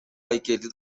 айкелди